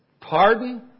Pardon